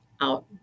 out